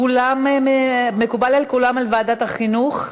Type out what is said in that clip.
כולם, מקובל על כולם, ועדת החינוך?